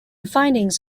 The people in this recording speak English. findings